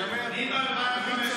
הינה, בג"ץ.